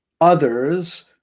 others